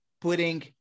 putting